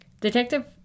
Detective